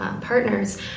partners